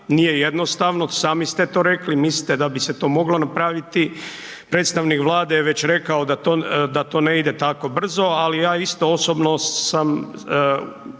nije jednostavno, sami ste to rekli, mislite da bi se to moglo napraviti, predstavnik Vlada je već rekao da to ne ide tako brzo, ali ja isto osobno sam